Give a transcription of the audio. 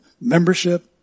membership